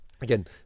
Again